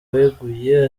weguye